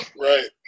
Right